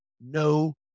no